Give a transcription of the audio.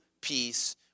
peace